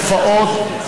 תופעות,